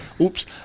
Oops